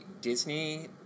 Disney